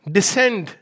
Descend